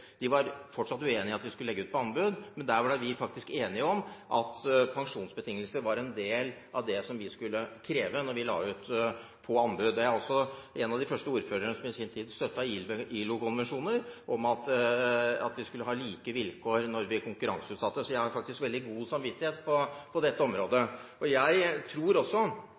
Fagbevegelsen var fortsatt uenig i at vi skulle legge ut på anbud, men der ble vi faktisk enige om at pensjonsbetingelser var en del av det vi skulle kreve når vi la ut på anbud. Jeg var også en av de første ordførerne som i sin tid støttet ILO-konvensjonen om at vi skulle ha like vilkår når vi konkurranseutsatte, så jeg har faktisk veldig god samvittighet på dette området. Jeg har veldig tro også på de private løsningene, fordi fremtidens eldreomsorg også handler om kompetente mennesker, og